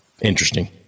interesting